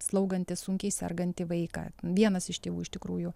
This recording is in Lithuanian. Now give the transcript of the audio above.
slaugantys sunkiai sergantį vaiką vienas iš tėvų iš tikrųjų